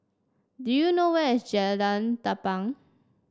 do you know where is Jalan Tampang